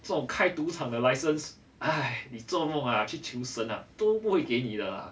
这种开赌场的 license 哎你做梦啊去求神啦都不会给你的啦